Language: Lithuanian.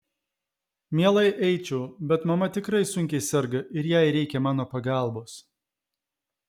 mielai eičiau bet mama tikrai sunkiai serga ir jai reikia mano pagalbos